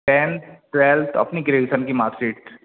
ten twelfth अपनी graduation की marksheet